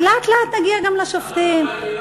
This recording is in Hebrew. לאט-לאט נגיע גם לשופטים.